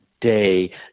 Day